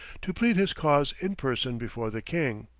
to plead his cause in person before the king.